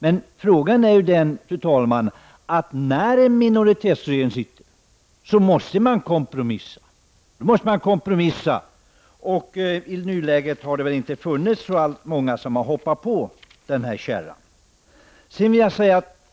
Det är ju så att när det sitter en minoritetsregering, måste man kompromissa, och i nuläget finns det inte så många som vill hoppa på den här kärran.